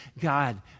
God